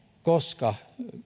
koska